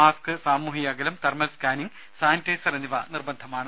mask സാമൂഹ്യ അകലം thermal scanning sanitiser എന്നിവ നിർബന്ധമാണ്